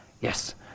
yes